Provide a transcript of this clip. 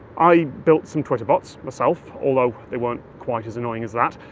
i built some twitter bots myself, although they weren't quite as annoying as that.